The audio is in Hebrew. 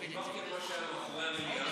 דיברתי, על מה שהיה מאחורי המליאה